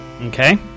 Okay